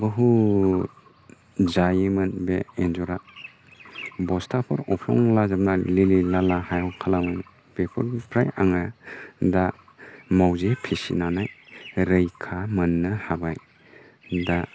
बहुत जायोमोन बे एन्जरा बस्ताफोर अफ्लंलाजोबनानै लिलि लाला हायाव खालामजोबोमोन बेफोरनिफ्राय आङो दा मावजि फिसिनानै रैखा मोननो हाबाय दा